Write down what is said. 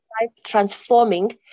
life-transforming